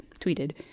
tweeted